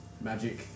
magic